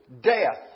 Death